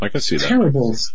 terrible